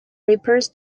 repairs